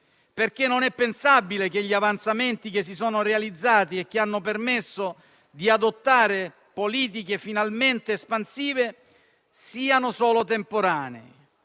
Non è infatti pensabile che gli avanzamenti che si sono realizzati e che hanno permesso di adottare politiche finalmente espansive siano solo temporanei.